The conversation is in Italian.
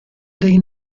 dei